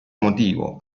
motivo